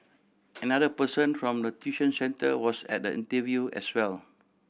another person form the tuition centre was at the interview as well